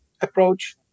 approach